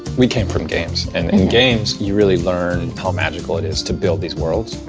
we came from games, and in games you really learn how magical it is to build these worlds.